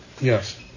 Yes